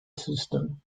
system